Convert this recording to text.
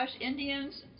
Indians